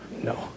no